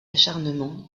acharnement